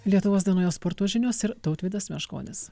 lietuvos dienoje sporto žinios ir tautvydas meškonis